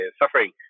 suffering